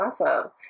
Awesome